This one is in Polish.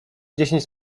dziesięć